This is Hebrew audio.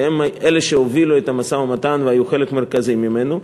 שהם שהובילו את המשא-ומתן והיו חלק מרכזי ממנו,